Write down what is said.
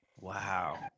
Wow